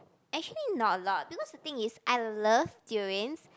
actually not a lot because the thing is I love durians